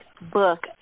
book